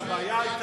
תן לו לדבר.